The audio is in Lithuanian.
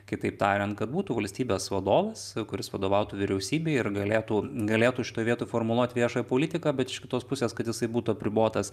kitaip tariant kad būtų valstybės vadovas kuris vadovautų vyriausybei ir galėtų galėtų šitoj vietoj formuluoti viešąją politiką bet iš kitos pusės kad jisai būtų apribotas